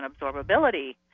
absorbability